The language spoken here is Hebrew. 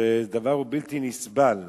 שזה דבר בלתי נסבל.